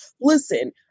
Listen